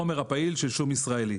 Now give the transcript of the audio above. הפעיל של שום ישראלי.